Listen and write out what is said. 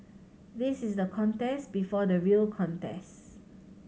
this is the contest before the real contest